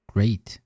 Great